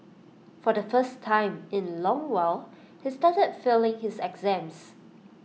for the first time in A long while he started failing his exams